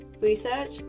research